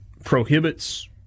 Prohibits